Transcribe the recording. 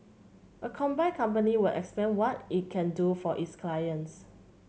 a combined company would expand what it can do for its clients